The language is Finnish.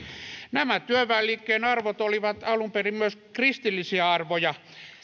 nämä työväenliikkeen arvot olivat alun perin myös kristillisiä arvoja